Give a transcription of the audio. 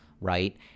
Right